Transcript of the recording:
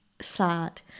sad